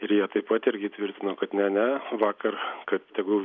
ir jie taip pat irgi tvirtino kad ne ne vakar kad tegul